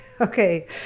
okay